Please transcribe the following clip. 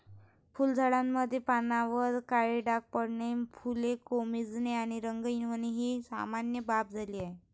फुलझाडांमध्ये पानांवर काळे डाग पडणे, फुले कोमेजणे आणि रंगहीन होणे ही सामान्य बाब झाली आहे